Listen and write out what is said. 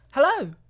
Hello